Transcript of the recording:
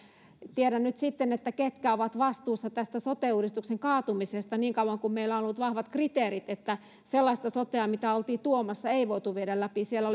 tiedä nyt sitten ketkä ovat vastuussa tästä sote uudistuksen kaatumisesta niin kauan kuin meillä on ollut vahvat kriteerit sellaista sotea mitä oltiin tuomassa ei voitu viedä läpi siellä